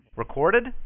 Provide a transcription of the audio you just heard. Recorded